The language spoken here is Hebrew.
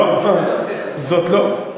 זאת לא,